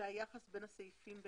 היחס בין הסעיפים,